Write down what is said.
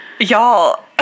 Y'all